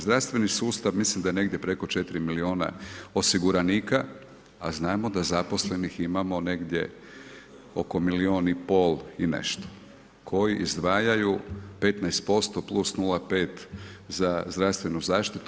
Zdravstveni sustav, mislim da je negdje preko 4 milijuna osiguranika, a znamo da zaposlenih imamo negdje oko milijun i pol i nešto koji izdvajaju 15% plus 0,5 za zdravstvenu zaštitu.